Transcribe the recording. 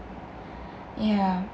yah